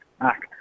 act